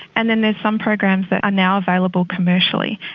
and then there's some programs that are now available commercially.